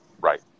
right